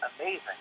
amazing